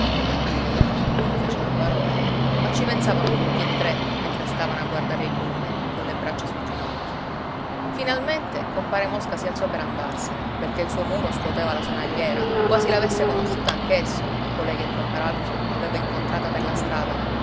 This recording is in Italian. di lia non fecero parola ma ci pensavano tutti e tre mentre stavano a guardare il lume colle braccia sui ginocchi finalmente compare mosca si alzò per andarsene perché il suo mulo scuoteva la sonagliera quasi l'avesse conosciuta anch'esso colei che compar alfio aveva incontrata per la strada